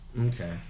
okay